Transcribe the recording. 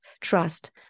trust